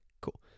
cool